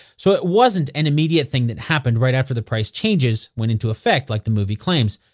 so it wasn't an immediate thing that happened right after the prices changes went into effect like the movie claims.